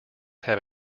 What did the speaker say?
have